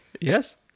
yes